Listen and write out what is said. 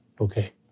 okay